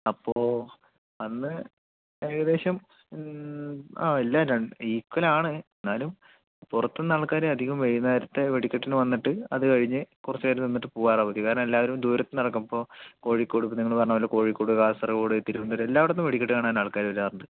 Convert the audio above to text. അപ്പോൾ അന്ന് ഏകദേശം ആ എല്ലാ ഈക്വൽ ആണ് എന്നാലും പുറത്തുനിന്ന് ആൾക്കാർ അധികം വൈകുന്നേരത്തെ വെടിക്കെട്ടിന് വന്നിട്ട് അത് കഴിഞ്ഞ് കുറച്ചു നേരം നിന്നിട്ട് പോവാറാണ് പതിവ് കാരണം എല്ലാവരും ദൂരത്തിന്നടക്കം ഇപ്പോൾ കോഴിക്കോട് ഇപ്പോൾ നിങ്ങൾ പറഞ്ഞപോലെ കോഴിക്കോട് കാസർഗോഡ് തിരുവനന്തപുരം എല്ലായിടത്തുനിന്നും വെടിക്കെട്ട് കാണാൻ ആൾക്കാർ വാരാറുണ്ട്